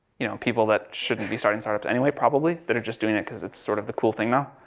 you know, people that shouldn't be starting start-ups anyway. probably, that are just doing it because it's sort of the cool thing now.